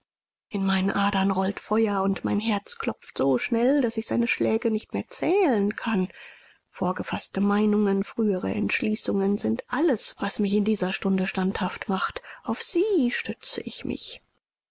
in meinen adern rollt feuer und mein herz klopft so schnell daß ich seine schläge nicht mehr zählen kann vorgefaßte meinungen frühere entschließungen sind alles was mich in dieser stunde standhaft macht auf sie stütze ich mich